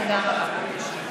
תודה רבה.